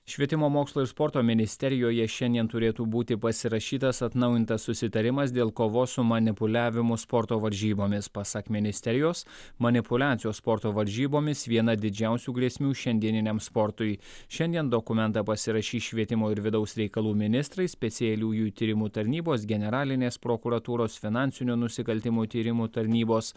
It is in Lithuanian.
švietimo mokslo ir sporto ministerijoje šiandien turėtų būti pasirašytas atnaujintas susitarimas dėl kovos su manipuliavimu sporto varžybomis pasak ministerijos manipuliacijos sporto varžybomis viena didžiausių grėsmių šiandieniniam sportui šiandien dokumentą pasirašys švietimo ir vidaus reikalų ministrai specialiųjų tyrimų tarnybos generalinės prokuratūros finansinių nusikaltimų tyrimų tarnybos